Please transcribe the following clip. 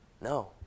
No